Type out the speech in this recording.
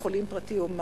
בבית-חולים פרטי או מה.